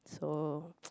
so